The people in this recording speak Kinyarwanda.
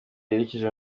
yerekeje